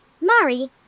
Mari